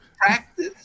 practice